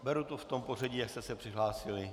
Beru to v tom pořadí, jak jste se přihlásili.